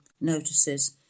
notices